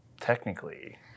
technically